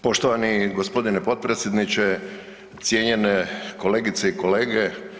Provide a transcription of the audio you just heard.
Poštovani g. potpredsjedniče, cijenjene kolegice i kolege.